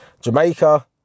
Jamaica